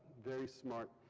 very smart